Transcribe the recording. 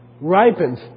ripens